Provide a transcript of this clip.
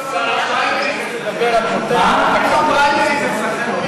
נותן לך עוד דקה, איך זה אצלכם במפלגה?